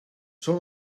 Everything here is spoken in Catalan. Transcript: són